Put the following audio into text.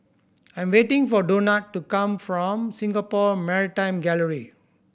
I am waiting for Donat to come from Singapore Maritime Gallery